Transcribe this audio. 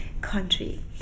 country